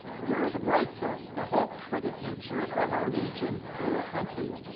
you're the bright side, the hope for the future of our region and our country.